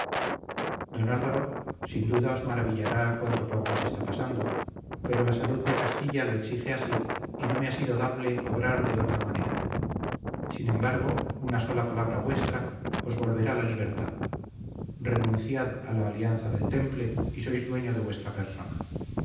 don álvaro sin duda os maravillará cuanto por vos está pasando pero la salud de castilla lo exige así y no me ha sido dable obrar de otra manera sin embargo una sola palabra vuestra os volverá la libertad renunciad a la alianza del temple y sois dueño de vuestra persona